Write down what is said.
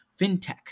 FinTech